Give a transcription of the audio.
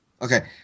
Okay